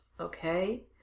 Okay